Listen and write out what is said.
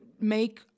make